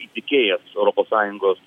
įtikėjęs europos sąjungos